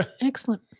excellent